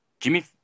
Jimmy